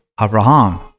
Abraham